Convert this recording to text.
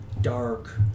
dark